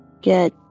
get